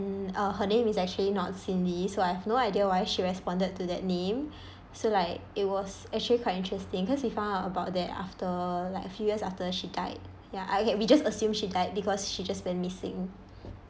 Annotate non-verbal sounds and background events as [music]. uh her name is actually not cindy so I've no idea why she responded to that name [breath] so like it was actually quite interesting cause we found out about that after like a few years after she died ya okay we just assume she died because she just went missing